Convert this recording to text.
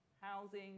housing